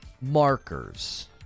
markers